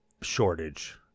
shortage